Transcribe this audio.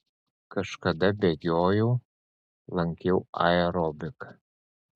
kažkada bėgiojau lankiau aerobiką